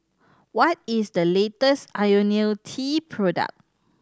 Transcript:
what is the latest Ionil T product